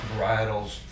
varietals